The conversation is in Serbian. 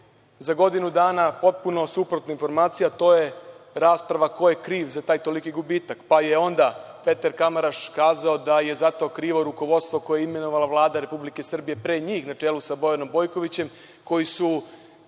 za godinu dana potpuno suprotne informacije, a to je rasprava ko je kriv za taj toliki gubitak, pa je onda Peter Kamaraš kazao da je za to krivo rukovodstvo koje je imenovala Vlada RS pre njih na čelu sa Bojanom Bojkovićem koji su